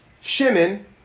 Shimon